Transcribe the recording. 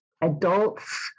adults